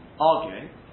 arguing